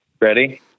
Ready